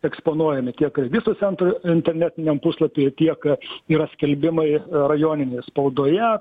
eksponuojami tiek registrų centro internetiniam puslapy tiek yra skelbimai rajoninėj spaudoje